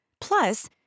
Plus